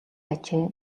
ажээ